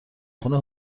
خونه